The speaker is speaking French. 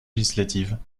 législatives